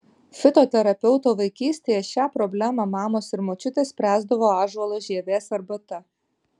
fitoterapeuto vaikystėje šią problemą mamos ir močiutės spręsdavo ąžuolo žievės arbata